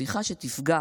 הפיכה שתפגע